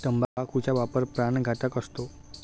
तंबाखूचा वापर प्राणघातक असतो